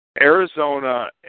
Arizona